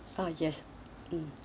ah yes mmhmm